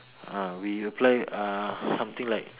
ah we reply uh something like